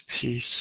peace